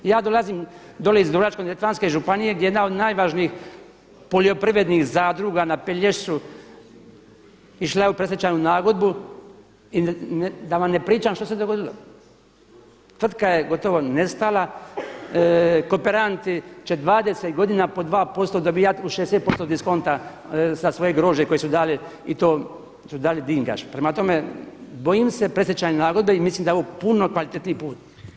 Ja dolazim dolje iz Dubrovačko-neretvanske županije gdje je jedna od najvažnijih poljoprivrednih zadruga na Pelješcu išla je u predstečajnu nagodbu i da vam ne pričam što se dogodilo, tvrtka je gotovo nestala, kooperanti će 20 godina po 2% dobijat u 60% diskonta sa svoje grožđe koje su dali i to su dali Dingač, prema tome bojim se predstečajne nagodbe i mislim da je ovo puno kvalitetniji put.